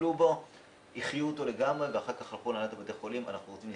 טיפלו בו והחיו אותו לגמרי ואחר כך הלכו לבית החולים ואמרו